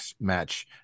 match